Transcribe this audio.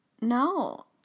no